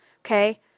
Okay